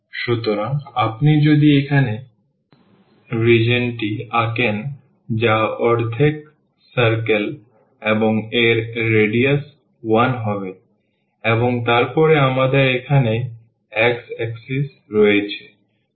সুতরাং আপনি যদি এখানে রিজিওনটি আঁকেন যা অর্ধেক circle এবং এর রেডিয়াস 1 হবে এবং তারপরে আমাদের এখানে x axis রয়েছে